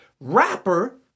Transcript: rapper